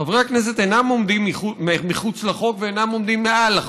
חברי הכנסת אינם עומדים מחוץ לחוק ואינם עומדים מעל החוק.